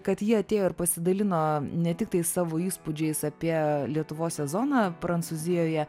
kad ji atėjo ir pasidalino ne tiktai savo įspūdžiais apie lietuvos sezoną prancūzijoje